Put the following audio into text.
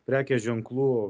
prekės ženklų